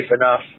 enough